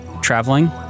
traveling